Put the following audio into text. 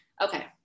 okay